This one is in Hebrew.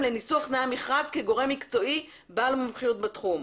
לניסוח תנאי המכרז כגורם מקצועי בעל המומחיות בתחום.